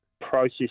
process